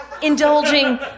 indulging